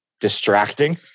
distracting